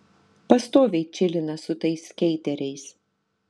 pastoviai čilina su tais skeiteriais